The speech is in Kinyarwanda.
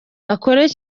akore